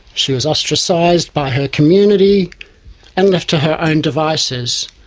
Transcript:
she was ostracised by her community and left to her own devices.